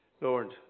Lord